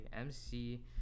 MC